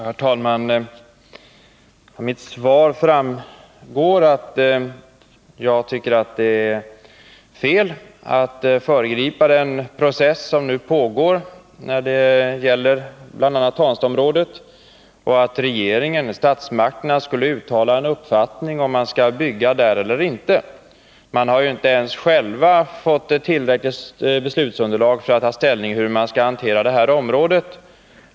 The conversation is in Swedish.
Herr talman! Av mitt svar framgår att jag tycker att det är fel att föregripa den process som nu pågår när det gäller bl.a. Hanstaområdet, genom att regeringen eller statsmakterna uttalar en uppfattning om huruvida man skall bygga eller inte. Beträffande det aktuella området har man där inte ens själv fått ett tillräckligt beslutsunderlag för att ta ställning till hur man skall hantera området.